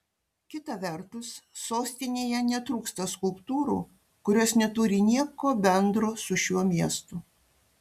kita vertus sostinėje netrūksta skulptūrų kurios neturi nieko bendro su šiuo miestu